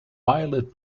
violet